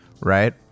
right